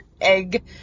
egg